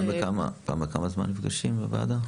פעם בכמה זמן נפגשים בוועדה?